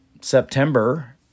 September